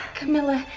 camilla,